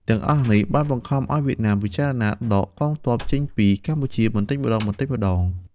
ទាំងអស់នេះបានបង្ខំឱ្យវៀតណាមពិចារណាដកកងទ័ពចេញពីកម្ពុជាបន្តិចម្តងៗ។